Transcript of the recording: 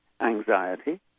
anxiety